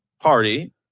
Party